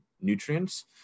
nutrients